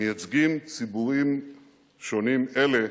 מייצגים ציבורים שונים אלה